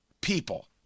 people